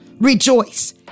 rejoice